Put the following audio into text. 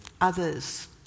others